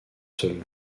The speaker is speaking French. seule